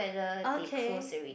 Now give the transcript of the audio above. okay